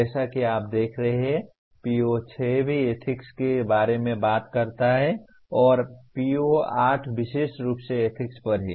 जैसा कि आप देख रहे हैं कि PO6 भी एथिक्स के बारे में बात करता है और PO8 विशेष रूप से एथिक्स पर है